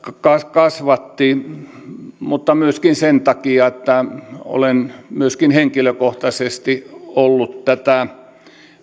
kasvatti vaan myöskin sen takia että olen myöskin henkilökohtaisesti ollut tätä